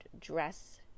dress